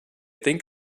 think